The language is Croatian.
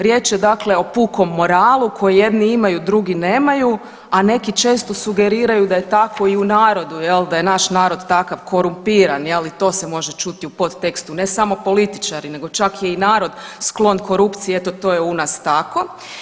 Riječ je dakle o pukom moralu koji jedni imaju drugi nemaju, a neki često sugeriraju da je tako i u narodu jel, da je naš narod takav korumpiran jel i to se može čuti u podtekstu, ne samo političari nego čak je i narod sklon korupciju, eto to je u nas tako.